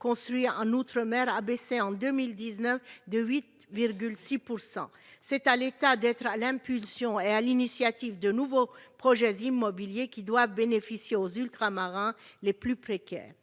construits outre-mer a baissé en 2019 de 8,6 %. C'est à l'État de donner l'impulsion et d'être à l'initiative de nouveaux projets immobiliers, qui doivent bénéficier aux Ultramarins les plus précaires.